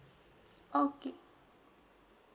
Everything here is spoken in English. okay